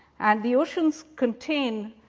and the oceans contain,